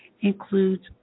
includes